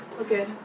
Okay